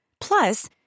Plus